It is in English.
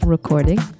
Recording